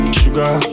sugar